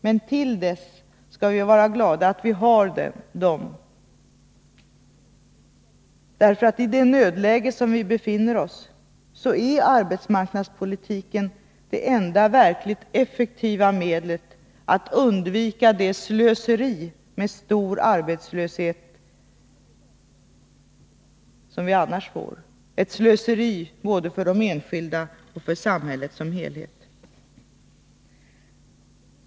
Men till dess skall vi vara glada att vi har dem, därför att i det nödläge som vi befinner oss är arbetsmarknadspolitiken det enda verkligt effektiva medlet för att undvika det slöseri som den stora arbetslöshet innebär som vi annars får, ett slöseri både för de enskilda och för samhället som helhet.